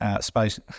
space